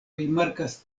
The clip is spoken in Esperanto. rimarkas